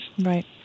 Right